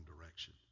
direction